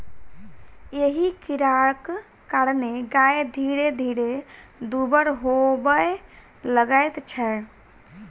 एहि कीड़ाक कारणेँ गाय धीरे धीरे दुब्बर होबय लगैत छै